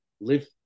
live